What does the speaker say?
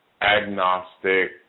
agnostic